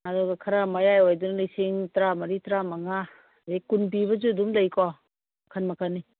ꯑꯗꯨꯒ ꯈꯔ ꯃꯌꯥꯏ ꯑꯣꯏꯕꯗꯨꯅ ꯂꯤꯁꯤꯡ ꯇꯔꯥ ꯃꯔꯤ ꯇꯔꯥ ꯃꯉꯥ ꯑꯗꯩ ꯀꯨꯟ ꯄꯤꯕꯁꯨ ꯑꯗꯨꯝ ꯂꯩꯀꯣ ꯃꯈꯟ ꯃꯈꯟꯅꯤ